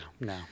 no